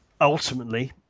ultimately